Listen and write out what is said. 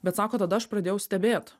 bet sako tada aš pradėjau stebėt